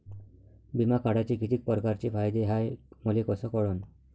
बिमा काढाचे कितीक परकारचे फायदे हाय मले कस कळन?